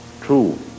true